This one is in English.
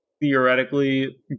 theoretically